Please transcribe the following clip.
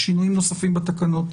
שינויים נוספים בתקנות?